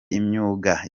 imyuga